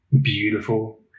beautiful